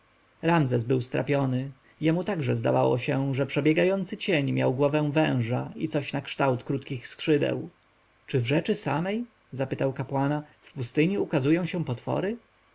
libijczyk ramzes był stropiony jemu także zdawało się że przebiegający cień miał głowę węża i coś nakształt krótkich skrzydeł czy w rzeczy samej zapytał kapłana w pustyni ukazują się potwory